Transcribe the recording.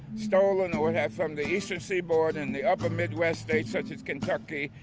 stolen, or had from the eastern seaboard and the upper mid-west states such as kentucky,